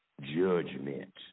judgment